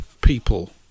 people